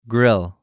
Grill